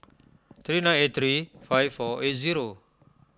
three nine eight three five four eight zero